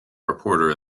reporter